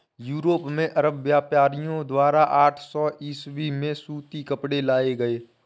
Europe में अरब व्यापारियों द्वारा आठ सौ ईसवी में सूती कपड़े लाए गए